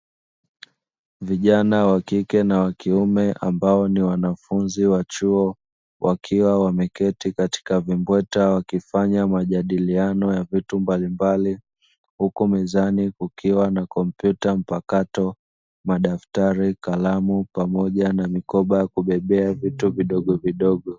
Vijana wa kike na wa kiume ambao ni wanafunzi wa chuo wakiwa wameketi katika vimbweta wakifanya majadiliano ya vitu mbalimbali. Huku mezani kukiwa na kompyuta mpakato, madaftari, kalamu pamoja na mikoba ya kubebea vitu vidogovidogo.